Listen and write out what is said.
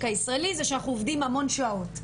הישראלי זה שאנחנו עובדים המון שעות,